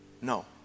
No